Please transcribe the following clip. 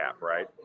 right